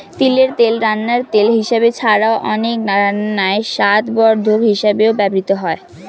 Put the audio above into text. তিলের তেল রান্নার তেল হিসাবে ছাড়াও, অনেক রান্নায় স্বাদবর্ধক হিসাবেও ব্যবহৃত হয়